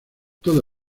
toda